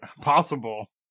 Possible